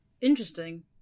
Interesting